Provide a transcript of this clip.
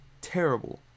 terrible